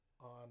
on